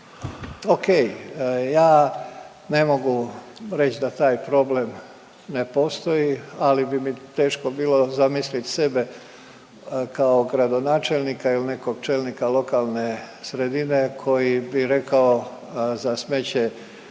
O.k. Ja ne mogu reći da taj problem ne postoji, ali bi mi teško bilo zamislit sebe kao gradonačelnika ili nekog čelnika lokalne sredine koji bi rekao za smeće